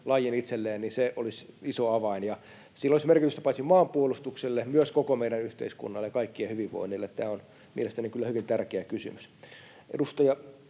lajin itselleen, olisi iso avain. Sillä olisi merkitystä paitsi maanpuolustukselle myös koko meidän yhteiskunnallemme ja kaikkien hyvinvoinnille. Tämä on mielestäni kyllä hyvin tärkeä kysymys. Edustaja